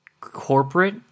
corporate